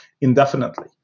indefinitely